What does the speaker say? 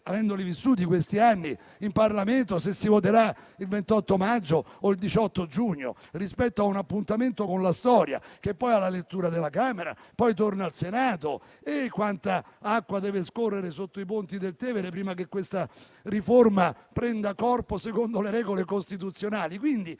avendoli vissuti questi anni in Parlamento, se si voterà il 28 maggio o il 18 giugno, rispetto a un appuntamento con la storia. Ci sarà poi la lettura della Camera e poi il provvedimento tornerà al Senato: quanta acqua deve scorrere sotto i ponti del Tevere prima che questa riforma prenda corpo secondo le regole costituzionali!